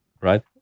right